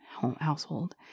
household